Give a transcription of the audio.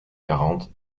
quarante